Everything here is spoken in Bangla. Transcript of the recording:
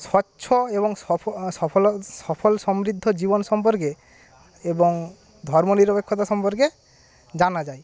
স্বচ্ছ এবং সফল সফল সমৃদ্ধ জীবন সম্পর্কে এবং ধর্মনিরপেক্ষতা সম্পর্কে জানা যায়